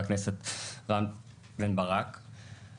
בחברת הייטק אבל אתה יודע שאתה תיפול,